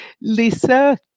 Lisa